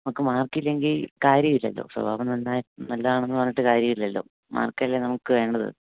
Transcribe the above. നമുക്ക് മാർക്കില്ലെങ്കിൽ കാര്യമില്ലല്ലോ സ്വഭാവം നാന്നായ് നല്ലതാണെന്ന് പറഞ്ഞിട്ട് കാര്യമില്ലല്ലോ മാർക്കല്ലേ നമുക്ക് വേണ്ടത്